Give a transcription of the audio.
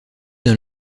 d’un